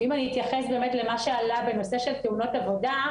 אם אני אתייחס באמת למה שעלה בנושא של תאונות עבודה,